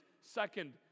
second